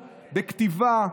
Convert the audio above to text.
בכתיבה,